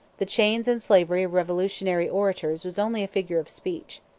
the chains and slavery of revolutionary orators was only a figure of speech.